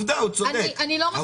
אני לא מסכימה.